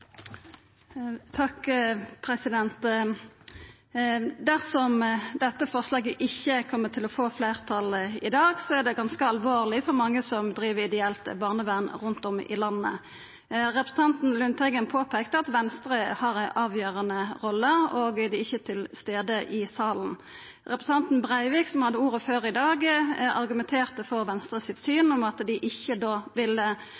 Dersom dette forslaget ikkje kjem til å få fleirtal i dag, er det ganske alvorleg for mange som driv ideelt barnevern rundt om i landet. Representanten Lundteigen påpeikte at Venstre har ei avgjerande rolle, og at dei ikkje er til stades i salen. Representanten Breivik, som hadde ordet før i dag, argumenterte for Venstres syn, at dei ikkje ville